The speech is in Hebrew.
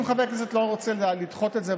אם חבר הכנסת לא רוצה לדחות את זה,